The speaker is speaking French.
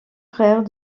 frère